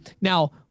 Now